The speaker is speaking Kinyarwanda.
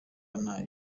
ntayo